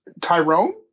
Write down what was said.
Tyrone